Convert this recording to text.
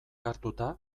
hartuta